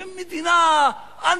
זו מדינה אנטי-דמוקרטית,